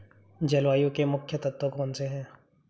जलवायु के मुख्य तत्व कौनसे हैं?